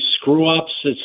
screw-ups